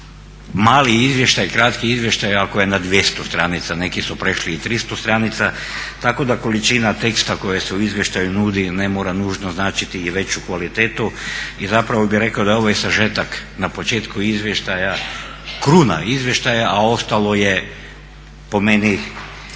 mali izvještaj, kratki izvještaj ako je na 200 stranica, neki su prešli i 300 stranica tako da količina teksta koja se u izvještaju nudi ne mora nužno značiti i veću kvalitetu i zapravo bih rekao da je ovo i sažetak na početku izvještaja kruna izvještaja, a ostalo je po meni